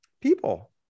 people